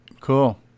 Cool